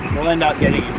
we'll end up getting